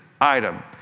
item